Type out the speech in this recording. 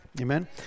amen